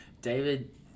David